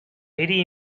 very